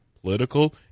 political